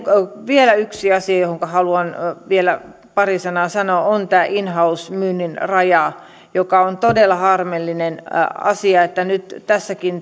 vielä yksi asia johonka haluan pari asiaa sanoa on tämä in house myynnin raja joka on todella harmillinen asia että nyt